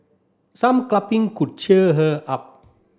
some could cheer her up